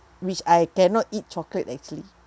which I cannot eat chocolate actually